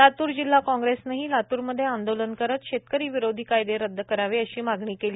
लातूर जिल्हा काँग्रेसनंही लातूरमधे आंदोलन करत शेतकरी विरोधी कायदे रदद करावे अशी मागणी केली